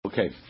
Okay